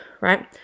right